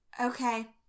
Okay